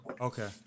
Okay